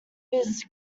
his